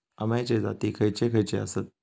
अम्याचे जाती खयचे खयचे आसत?